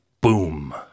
boom